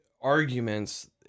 arguments